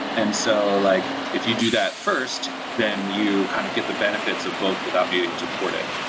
and so like if you do that first, then you kind of get the benefits of both without needing to port it.